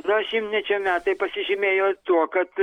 na šimtmečio metai pasižymėjo tuo kad